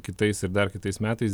kitais ir dar kitais metais